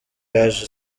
yaje